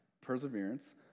perseverance